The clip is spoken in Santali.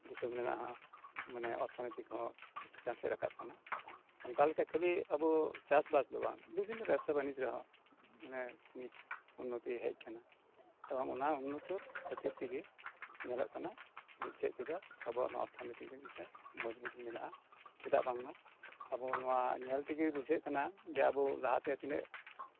ᱫᱤᱥᱚᱢ ᱨᱮᱱᱟᱜ ᱦᱚᱸ ᱢᱟᱱᱮ ᱚᱨᱛᱷᱚᱱᱚᱭᱛᱤᱠ ᱦᱚᱸ ᱪᱮᱛᱟᱱ ᱥᱮᱫ ᱨᱟᱠᱟᱵ ᱠᱟᱱᱟ ᱚᱱᱠᱟ ᱞᱮᱠᱟ ᱠᱷᱟᱹᱞᱤ ᱟᱵᱚ ᱪᱟᱥᱵᱟᱥ ᱫᱚ ᱵᱟᱝ ᱵᱤᱵᱷᱤᱱᱱᱚ ᱵᱮᱵᱽᱥᱟ ᱵᱟᱱᱤᱡᱽ ᱨᱮᱦᱚᱸ ᱢᱟᱱᱮ ᱱᱤᱛ ᱩᱱᱱᱚᱛᱤ ᱦᱮᱡ ᱟᱠᱟᱱᱟ ᱮᱵᱚᱝ ᱚᱱᱟ ᱩᱱᱱᱚᱛᱚ ᱠᱷᱟᱛᱤᱨ ᱛᱮᱜᱮ ᱧᱮᱞᱚᱜ ᱠᱟᱱᱟ ᱢᱤᱜ ᱥᱮᱫ ᱛᱮᱫᱚ ᱟᱵᱚᱣᱟᱜ ᱚᱨᱛᱷᱚᱱᱤᱛᱤ ᱫᱚ ᱢᱤᱜᱴᱮᱱ ᱢᱚᱡᱽᱵᱩᱛ ᱢᱮᱱᱟᱜᱼᱟ ᱪᱮᱫᱟᱜ ᱵᱟᱝᱢᱟ ᱟᱵᱚ ᱱᱚᱣᱟ ᱧᱮᱞ ᱛᱮᱜᱮ ᱵᱩᱡᱷᱟᱹᱜ ᱠᱟᱱᱟ ᱡᱮ ᱟᱵᱚ ᱞᱟᱦᱟ ᱛᱮ ᱛᱤᱱᱟᱹᱜ